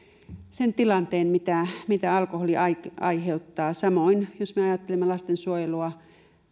sen tilanteen minkä alkoholi aiheuttaa samoin on jos me ajattelemme lastensuojelua